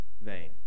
vain